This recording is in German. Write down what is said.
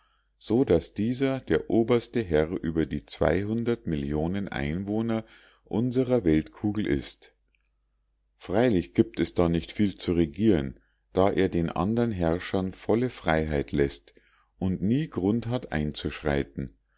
so daß dieser der oberste herr über die zweihundert millionen einwohner unserer weltkugel ist freilich gibt es da nicht viel zu regieren da er den andern herrschern volle freiheit läßt und nie grund hat einzuschreiten